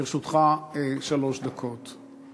לרשותך שלוש דקות.